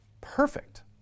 Perfect